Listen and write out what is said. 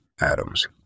Adams